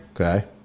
Okay